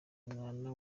umwana